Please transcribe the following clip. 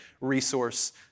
resource